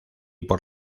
por